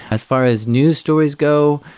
as far as news stories go,